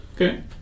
Okay